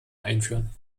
einführen